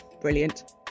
Brilliant